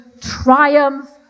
triumph